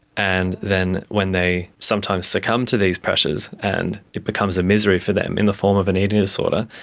and then when they sometimes succumb to these pressures and it becomes a misery for them in the form of an eating disorder,